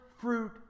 fruit